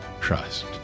trust